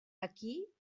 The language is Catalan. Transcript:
aquí